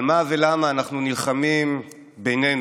על מה ולמה אנחנו נלחמים בינינו?